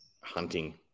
hunting